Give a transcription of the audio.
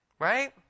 Right